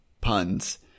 puns